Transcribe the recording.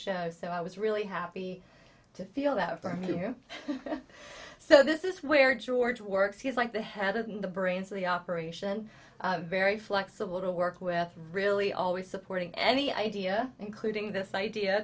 show so i was really happy to feel that i'm you so this is where george works he's like the head of the brains of the operation very flexible to work with really always supporting any idea including this idea